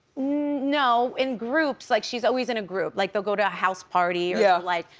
no, in groups, like she's always in a group. like they'll go to a house party or yeah like,